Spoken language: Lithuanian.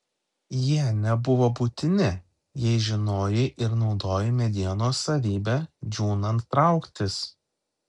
jie nebuvo būtini jei žinojai ir naudojai medienos savybę džiūnant trauktis